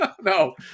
No